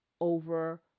over